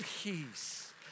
Peace